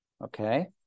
okay